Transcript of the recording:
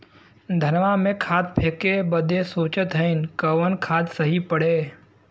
धनवा में खाद फेंके बदे सोचत हैन कवन खाद सही पड़े?